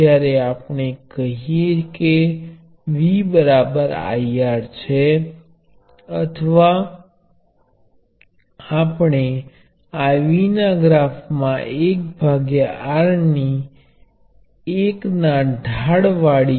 તેથી હવે આપણે શ્રેણીમાં રેઝિસ્ટર જોઈએ